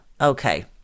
Okay